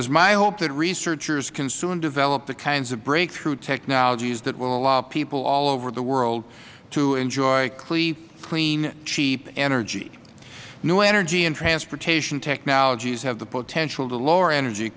is my hope that researchers can soon develop the kinds of breakthrough technologies that will allow people all over the world to enjoy clean cheap energy new energy and transportation technologies have the potential to lower energy